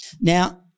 Now